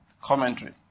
Commentary